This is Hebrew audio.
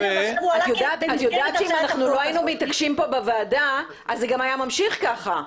אם לא היינו מתעקשים פה בוועדה, זה היה ממשיך ככה.